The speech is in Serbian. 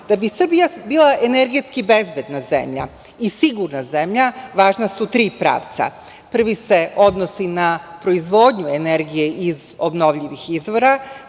bi Srbija bila energetski bezbedna zemlja i sigurna zemlja važna su tri pravca. Prvi se odnosi na proizvodnju energije iz obnovljivih izvora,